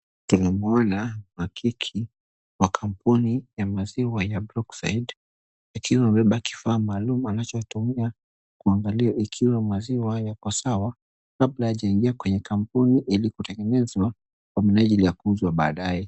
Tunamwona wakike wa kampuni ya maziwa ya Brookside, akiwa amebeba kifaa maalum anachotumia kuangalia ikiwa maziwa yako sawa, kabla hayajaingia kwenye kampuni ili kutengenezwa kwa minajili ya kuuzwa baadae.